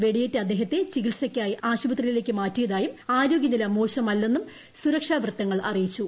വെടിയേറ്റ അദ്ദേഹത്തെ ചികിത്സയ്ക്കായി ആശുപത്രിയിലേയ്ക്ക് മാറ്റിയതായും ആരോഗൃ നില മോശമല്ലെന്നും സുരക്ഷാ വൃത്തങ്ങൾ അറിയിച്ചു